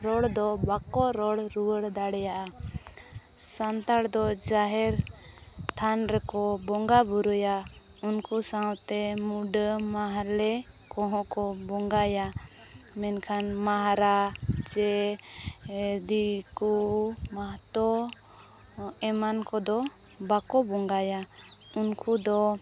ᱨᱚᱲ ᱫᱚ ᱵᱟᱠᱚ ᱨᱚᱲ ᱨᱩᱣᱟᱹᱲ ᱫᱟᱲᱮᱭᱟᱜᱼᱟ ᱥᱟᱱᱛᱟᱲ ᱫᱚ ᱡᱟᱦᱮᱨ ᱛᱷᱟᱱ ᱨᱮᱠᱚ ᱵᱚᱸᱜᱟ ᱵᱩᱨᱩᱭᱟ ᱩᱱᱠᱩ ᱥᱟᱶᱛᱮ ᱢᱩᱸᱰᱟᱹ ᱢᱟᱦᱞᱮ ᱠᱚᱦᱚᱸ ᱠᱚ ᱵᱚᱸᱜᱟᱭᱟ ᱢᱮᱱᱠᱷᱟᱱ ᱢᱟᱦᱟᱨᱟ ᱪᱮ ᱫᱤᱠᱩ ᱢᱟᱦᱟᱛᱚ ᱮᱢᱟᱱ ᱠᱚᱫᱚ ᱵᱟᱠᱚ ᱵᱚᱸᱜᱟᱭᱟ ᱩᱱᱠᱩ ᱫᱚ